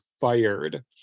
fired